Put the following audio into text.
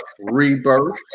rebirth